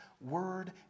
word